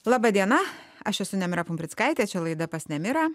laba diena aš esu nemira pumprickaitė čia laida pas nemirą